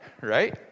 right